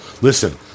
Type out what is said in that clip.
Listen